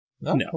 no